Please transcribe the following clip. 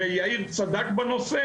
ויאיר צדק בנושא,